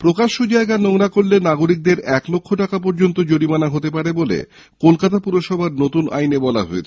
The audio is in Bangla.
প্রকাশ্য জায়গা নোংরা করলে নাগরিকদের এক লক্ষ টাকা পর্যন্ত জরিমানা হতে পারে বলে কলকাতা পুরসভার নতুন আইনে বলা হয়েছে